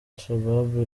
shabab